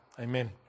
Amen